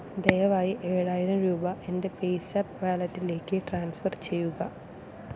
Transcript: ദയവായി ഏഴായിരം രൂപ എൻ്റെ പേയ്സാപ്പ് വാലറ്റിലേക്ക് ട്രാൻസ്ഫർ ചെയ്യുക